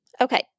Okay